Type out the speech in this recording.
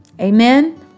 Amen